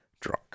drunk